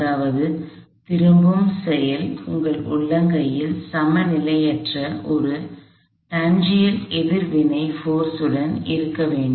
அதாவது திருப்பும் செயல் உங்கள் உள்ளங்கையில் சமநிலையற்ற ஒரு டான்ஜென்ஷியல் எதிர்வினை சக்தியுடன் இருக்க வேண்டும்